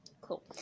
Cool